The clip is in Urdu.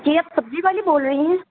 جی آپ سبزی والی بول رہی ہیں